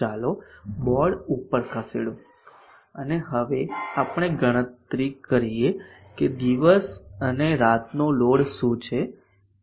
ચાલો બોર્ડ ઉપર ખસેડો અને હવે આપણે ગણતરી કરીએ કે દિવસ અને રાતનો લોડ શું છે